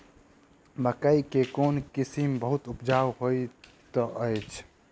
मकई केँ कोण किसिम बहुत उपजाउ होए तऽ अछि?